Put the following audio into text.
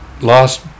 last